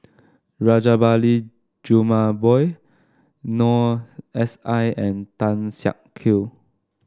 Rajabali Jumabhoy Noor S I and Tan Siak Kew